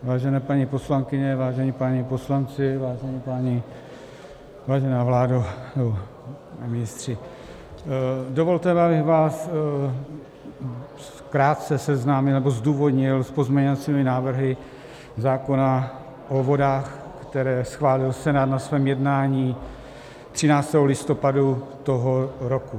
Vážené paní poslankyně, vážení páni poslanci, vážená vládo, ministři, dovolte, abych vás krátce seznámil a zdůvodnil pozměňovací návrhy zákona o vodách, které schválil Senát na svém jednání 13. listopadu tohoto roku.